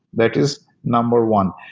that is number one.